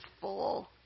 full